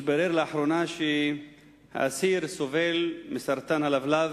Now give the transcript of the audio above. התברר לאחרונה שהאסיר סובל מסרטן הלבלב